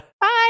Bye